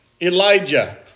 Elijah